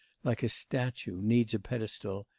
like a statue needs a pedestal,